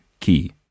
key